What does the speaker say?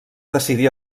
decidir